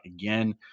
again